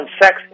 sex